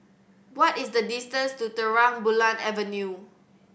what is the distance to Terang Bulan Avenue